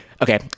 Okay